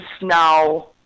now